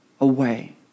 away